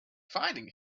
fighting